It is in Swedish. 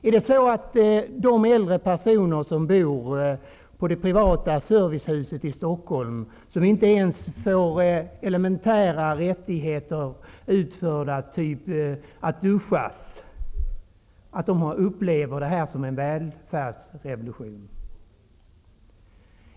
Är det så att de äldre personer som bor i det privata servicehuset i Stockholm och som inte ens får elementära rättigheter tillgodosedda, t.ex. att få duscha, upplever detta som en välfärdsrevolution?